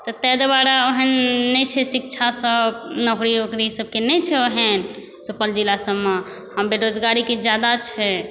तऽ ताहि दुआरे ओहन नहि छै शिक्षा सब नौकरी औकरी सबके नहि छै ओहन सुपौल जिलासबमे हँ बेरोजगारी किछु ज्यादा छै